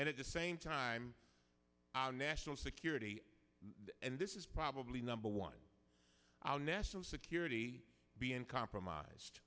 and at the same time our national security and this is probably number one our national security being compromised